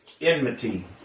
Enmity